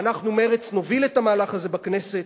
ואנחנו, מרצ, נוביל את המהלך הזה בכנסת,